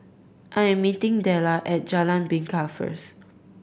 I am meeting Dellar at Jalan Bingka first